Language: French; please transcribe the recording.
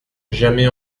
jamais